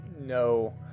no